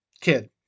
kid